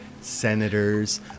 senators